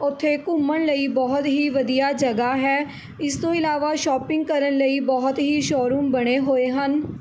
ਉੱਥੇ ਘੁੰਮਣ ਲਈ ਬਹੁਤ ਹੀ ਵਧੀਆ ਜਗ੍ਹਾ ਹੈ ਇਸ ਤੋਂ ਇਲਾਵਾ ਸ਼ੋਪਿੰਗ ਕਰਨ ਲਈ ਬਹੁਤ ਹੀ ਸ਼ੋਅਰੂਮ ਬਣੇ ਹੋਏ ਹਨ